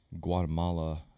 Guatemala